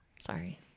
Sorry